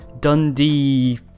Dundee